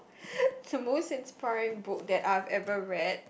the most inspiring book that I've ever read